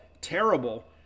terrible